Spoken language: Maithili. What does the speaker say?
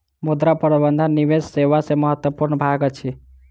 मुद्रा प्रबंधन निवेश सेवा के महत्वपूर्ण भाग अछि